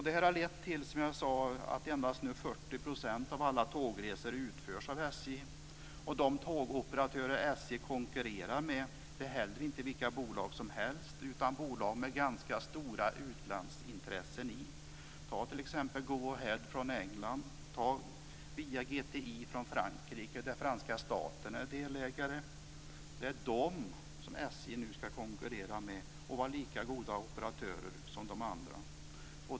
Det har lett till att endast 40 % av alla tågresor utförs av SJ. De tågoperatörer SJ konkurrerar med är inte heller vilka bolag som helst, utan bolag med ganska stora utlandsintressen. Ta t.ex. Go Ahead Group från England, Via GTI från Frankrike där franska staten är delägare. Det är de som SJ nu ska konkurrera med och vara lika god operatör som de andra.